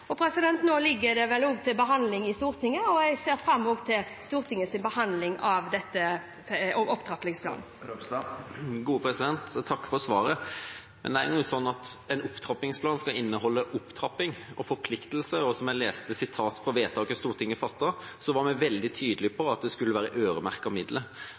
til behandling i Stortinget, og jeg ser fram til Stortingets behandling av opptrappingsplanen. Jeg takker for svaret. Nå er det engang slik at en opptrappingsplan skal inneholde opptrapping og forpliktelser, og som jeg leste av sitatet fra vedtaket som Stortinget fattet, var vi veldig tydelige på at det skulle være øremerkede midler.